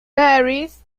paris